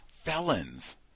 felons